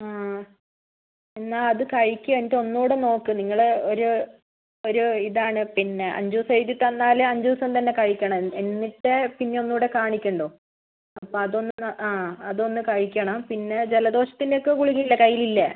ആ എന്നാൽ അത് കഴിക്കുക എന്നിട്ട് ഒന്നുകൂടെ നോക്ക് നിങ്ങൾ ഒരു ഒരു ഇതാണ് പിന്നെ അഞ്ച് ദിവസം എഴുതി തന്നാൽ അഞ്ച് ദിവസം തന്നെ കഴിക്കണം എന്നിട്ടേ പിന്നെ ഒന്നുകൂടെ കാണിക്കേണ്ടൂ അപ്പോൾ അതൊന്ന് ആ അതൊന്ന് കഴിക്കണം പിന്നെ ജലദോഷത്തിൻ്റെ ഒക്കെ ഗുളിക ഇല്ലേ കയ്യിലില്ലേ